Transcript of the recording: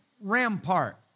rampart